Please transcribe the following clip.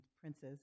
princes